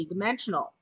multidimensional